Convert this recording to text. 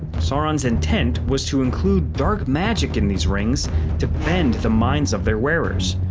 sauron's intent was to include dark magic in these rings to bend the minds of their wearers.